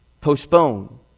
postpone